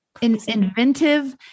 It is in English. inventive